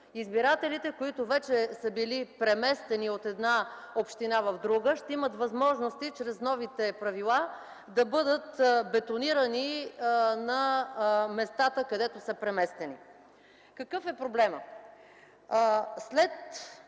Избирателите, които вече са били преместени от една община в друга, ще имат възможности чрез новите правила да бъдат бетонирани на местата, където са преместени. Какъв е проблемът? След